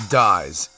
dies